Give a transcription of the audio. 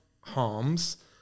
harms